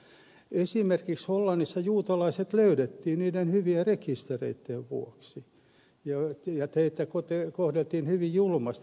esimerkiksi hollannissa juutalaiset löydettiin niiden hy vien rekistereitten vuoksi ja heitä kohdeltiin hyvin julmasti